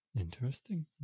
Interesting